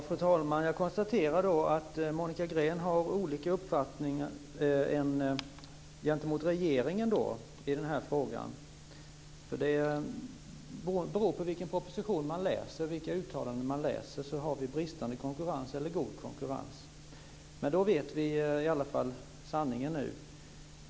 Fru talman! Jag konstaterar att Monica Green och regeringen har olika uppfattningar i denna fråga. Det beror på vilken proposition och vilka uttalanden som man läser om det råder bristande konkurrens eller god konkurrens. Men då vet vi i alla fall sanningen nu.